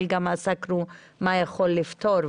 אבל גם במה שיכול לפתור,